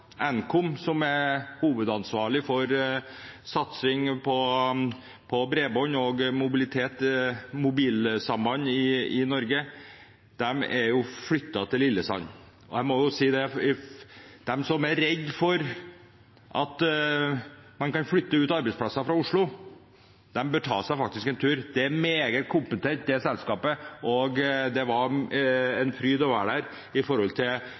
Nkom i Lillesand, som er hovedansvarlig for satsing på bredbånd, mobilitet og mobilsamband i Norge. De er flyttet til Lillesand. Jeg må si at de som er redd for å flytte ut arbeidsplasser fra Oslo, bør ta seg en tur. Selskapet er meget kompetent – det var en fryd å være der,